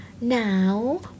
now